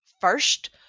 first